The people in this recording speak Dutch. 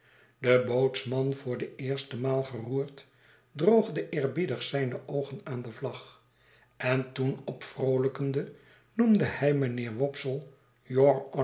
de bootsman voor de eerste maal geroerd droogde eerbiedig zijne oogen aan de vlag en toen opvroolijkende noemde hij mijnheer